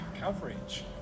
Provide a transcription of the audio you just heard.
coverage